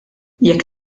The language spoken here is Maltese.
jekk